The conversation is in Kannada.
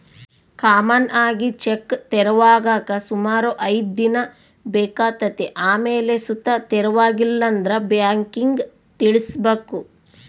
ಕಾಮನ್ ಆಗಿ ಚೆಕ್ ತೆರವಾಗಾಕ ಸುಮಾರು ಐದ್ ದಿನ ಬೇಕಾತತೆ ಆಮೇಲ್ ಸುತ ತೆರವಾಗಿಲ್ಲಂದ್ರ ಬ್ಯಾಂಕಿಗ್ ತಿಳಿಸ್ಬಕು